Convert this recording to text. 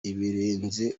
ibirenze